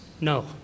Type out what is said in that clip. No